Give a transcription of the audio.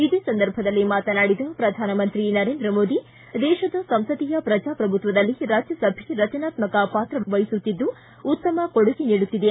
ಇದೇ ಸಂದರ್ಭದಲ್ಲಿ ಮಾತನಾಡಿದ ಪ್ರಧಾನಮಂತ್ರಿ ನರೇಂದ್ರ ಮೋದಿ ದೇಶದ ಸಂಸದೀಯ ಪ್ರಜಾಪ್ರಭುತ್ವದಲ್ಲಿ ರಾಜ್ಯಸಭೆ ರಚನಾತ್ಮಕ ಪಾತ್ರ ವಹಿಸುತ್ತಿದ್ದು ಉತ್ತಮ ಕೊಡುಗೆ ನೀಡುತ್ತಿದೆ